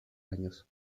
años